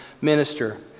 minister